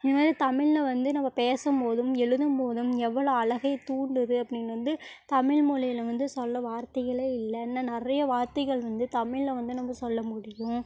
இது மாதிரி தமிழ்ல வந்து நம்ம பேசும் போதும் எழுதும் போதும் எவ்வளோ அழகைத் தூண்டுது அப்படின்னு வந்து தமிழ் மொழியில வந்து சொல்ல வார்த்தைகளே இல்லை இன்னும் நிறைய வார்த்தைகள் வந்து தமிழ்ல வந்து நம்ம சொல்ல முடியும்